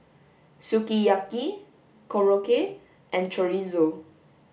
sukiyaki Korokke and chorizo